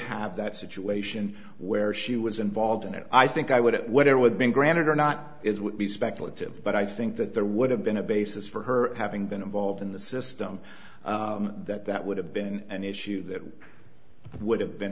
have that situation where she was involved in it i think i would it whatever with being granted or not it would be speculative but i think that there would have been a basis for her having been involved in the system that that would have been an issue that would have been